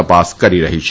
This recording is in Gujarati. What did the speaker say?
તપાસ કરી રહી છે